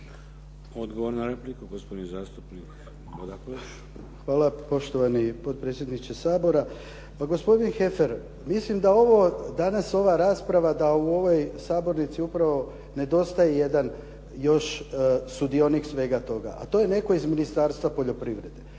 **Bodakoš, Dragutin (SDP)** Hvala poštovani potpredsjedniče Sabora. Pa gospodin Heffer, mislim da ovo danas ova rasprava da u ovoj sabornici upravo nedostaje jedan još sudionik svega toga, a to je netko iz Ministarstva poljoprivrede.